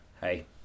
hey